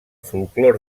folklore